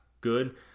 good